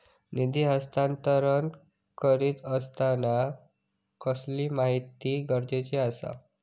निधी हस्तांतरण करीत आसताना कसली माहिती गरजेची आसा?